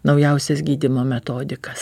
naujausias gydymo metodikas